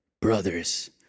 brothers